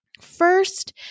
First